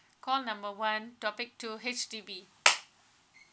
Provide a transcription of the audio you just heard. call number one topic two H_D_B